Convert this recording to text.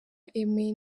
aimée